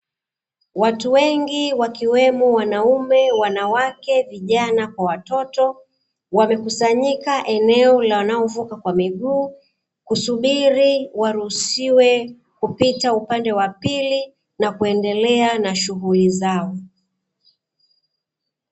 Watu wengi wakiwemo: wanaume, wanawake, vijana kwa watoto, wamekusanyika eneo la wanaovuka kwa miguu, kusubiri waruhusiwe kupita upande wa pili, na kuendelea na shughuli zao.